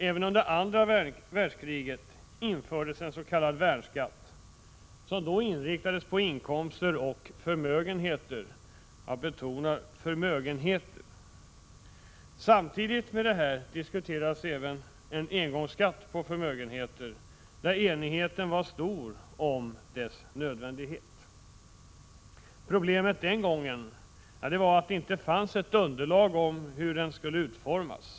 Även under andra världskriget infördes en s.k. värnskatt, som då inriktades på inkomster och förmögenheter — och jag betonar förmögenheter. Samtidigt med detta diskuterades även en engångsskatt på förmögenheter, och enigheten om det nödvändiga i en sådan skatt var stor. Problemet var den gången att det inte fanns något underlag för hur den skulle utformas.